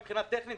מבחינה טכנית,